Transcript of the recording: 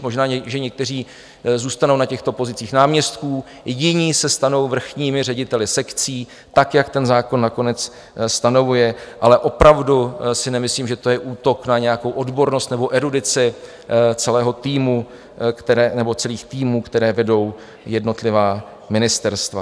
Možná že někteří zůstanou na pozicích náměstků, jiní se stanou vrchními řediteli sekcí tak, jak ten zákon nakonec stanovuje, ale opravdu si nemyslím, že to je útok na nějakou odbornost nebo erudici celého týmu nebo celých týmů, které vedou jednotlivá ministerstva.